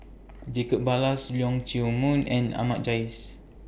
Jacob Ballas Leong Chee Mun and Ahmad Jais